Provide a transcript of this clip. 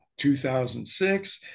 2006